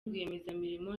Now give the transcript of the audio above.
rwiyemezamirimo